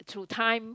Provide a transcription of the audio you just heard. through time